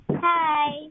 Hi